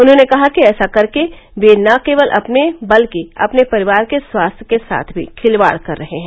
उन्होंने कहा कि ऐसा करके वे न केवल अपने बल्कि अपने परिवार के स्वास्थ्य के साथ भी खिलवाड़ कर रहे हैं